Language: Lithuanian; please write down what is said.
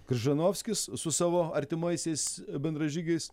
kryžanovskis su savo artimaisiais bendražygiais